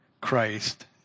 Christ